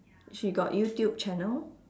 she got youtube channel